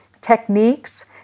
techniques